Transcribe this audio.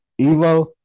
Evo